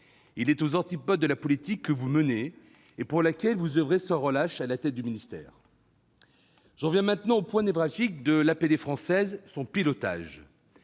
Il est aux antipodes de la politique que vous menez, et pour laquelle vous oeuvrez sans relâche à la tête de votre ministère. J'en viens maintenant au point névralgique de l'APD française : son pilotage.